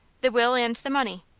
the will and the money.